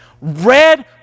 red